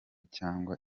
cyangwa